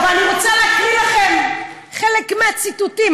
ואני רוצה להקריא לכם חלק מהציטוטים,